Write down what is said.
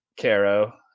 Caro